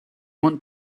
want